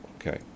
okay